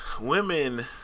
Women